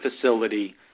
facility